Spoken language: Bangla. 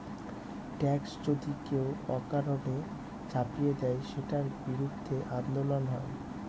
ট্যাক্স যদি কেউ অকারণে চাপিয়ে দেয়, সেটার বিরুদ্ধে আন্দোলন হয়